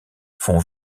font